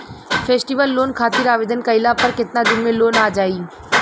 Festival loan खातिर आवेदन कईला पर केतना दिन मे लोन आ जाई?